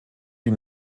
die